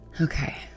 Okay